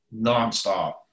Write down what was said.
nonstop